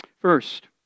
First